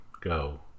go